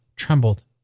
Trembled